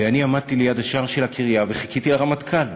ואני עמדתי ליד השער של הקריה וחיכיתי לרמטכ"ל,